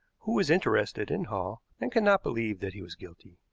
who was interested in hall, and could not believe that he was guilty.